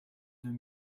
deux